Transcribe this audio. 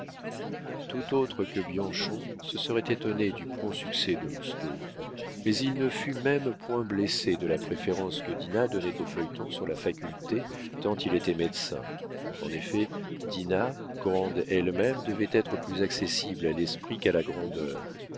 tout autre que bianchon se serait étonné du prompt succès de lousteau mais il ne fut même point blessé de la préférence que dinah donnait au feuilleton sur la faculté tant il était médecin en effet dinah grande elle-même devait être plus accessible à l'esprit qu'à la grandeur